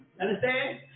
Understand